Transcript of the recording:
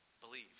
Believe